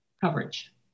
coverage